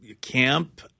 camp